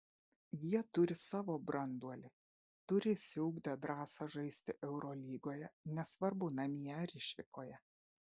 jie turi savo branduolį turi išsiugdę drąsą žaisti eurolygoje nesvarbu namie ar išvykoje